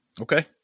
okay